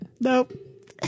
Nope